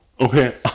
okay